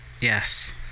Yes